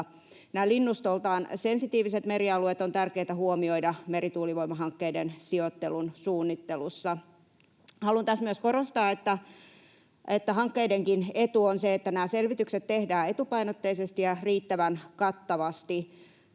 Nämä linnustoltaan sensitiiviset merialueet on tärkeätä huomioida merituulivoimahankkeiden sijoittelun suunnittelussa. Haluan tässä myös korostaa, että hankkeidenkin etu on se, että nämä selvitykset tehdään etupainotteisesti ja riittävän kattavasti.